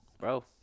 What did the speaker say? Bro